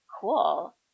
Cool